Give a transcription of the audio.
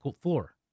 floor